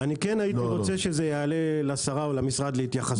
אני כן הייתי רוצה שזה יעלה לשרה או למשרד להתייחסות.